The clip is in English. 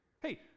Hey